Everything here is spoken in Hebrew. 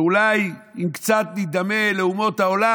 אולי אם קצת נדמה לאומות העולם,